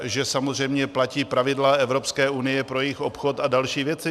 Že samozřejmě platí pravidla Evropské unie pro jejich obchod a další věci.